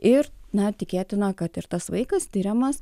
ir na tikėtina kad ir tas vaikas tiriamas